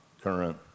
current